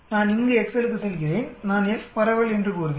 நான் இங்கு எக்செலுக்கு செல்கிறேன் நான் F பரவல் என்று கூறுவேன்